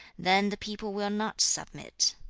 then the people will not submit